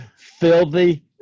Filthy